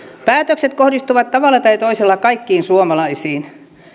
päätökset kohdistuvat tavalla tai toisella kaikkiin suomalaisiin